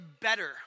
better